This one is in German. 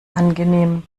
angenehm